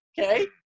Okay